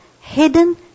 hidden